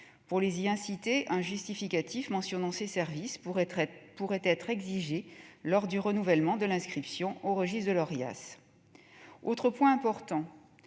Pour les y inciter, un justificatif mentionnant ces services pourrait être exigé lors du renouvellement de l'inscription au registre de l'Orias. Autre point important